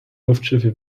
luftschiffe